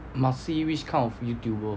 must see which kind of YouTuber